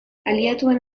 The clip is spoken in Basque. aliatuen